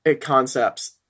concepts